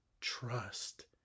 trust